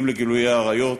אם לגילויי עריות,